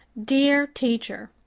dear teacher,